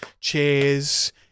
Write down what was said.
cheers